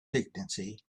dignity